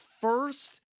first